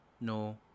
No